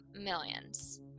millions